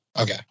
Okay